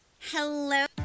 Hello